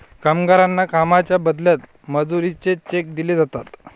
कामगारांना कामाच्या बदल्यात मजुरीचे चेक दिले जातात